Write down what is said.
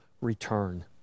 return